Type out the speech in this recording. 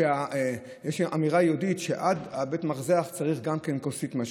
יש אמירה יהודית שעד בית המרזח צריך גם כן כוסית משקה,